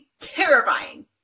terrifying